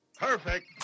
Perfect